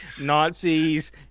Nazis